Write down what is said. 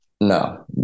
No